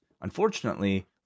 unfortunately